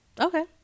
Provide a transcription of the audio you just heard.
okay